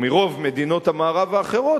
או מרוב מדינות המערב האחרות,